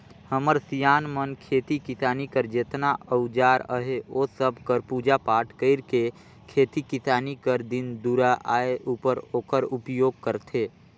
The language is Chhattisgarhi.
हमर सियान मन खेती किसानी कर जेतना अउजार अहे ओ सब कर पूजा पाठ कइर के खेती किसानी कर दिन दुरा आए उपर ओकर उपियोग करथे